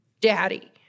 daddy